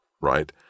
right